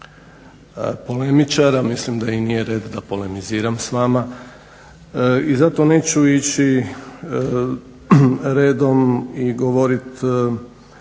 polemičar, a mislim da i nije red da polemiziram s vama, i zato neću ići redom i govoriti